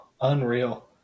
unreal